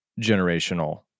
generational